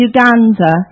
Uganda